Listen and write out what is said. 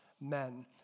men